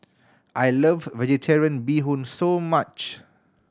I love Vegetarian Bee Hoon so much